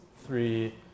three